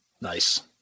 nice